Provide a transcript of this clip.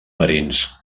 marins